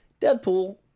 deadpool